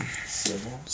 ya then